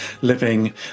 living